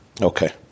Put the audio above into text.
Okay